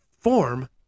form